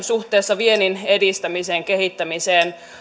suhteessa viennin edistämisen kehittämiseen